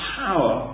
power